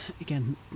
again